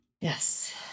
Yes